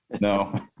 No